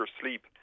sleep